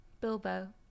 Bilbo